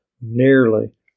nearly